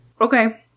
Okay